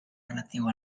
relatiu